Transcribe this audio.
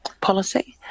policy